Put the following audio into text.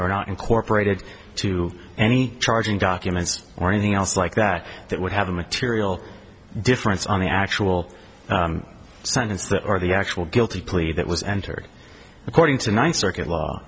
or not incorporated to any charging documents or anything else like that that would have a material difference on the actual sentence that or the actual guilty plea that was entered according to ninth circuit law